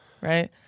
Right